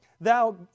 thou